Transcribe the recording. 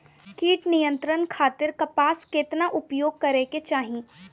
कीट नियंत्रण खातिर कपास केतना उपयोग करे के चाहीं?